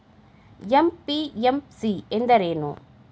MPMC ಎಂದರೇನು?